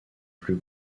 plus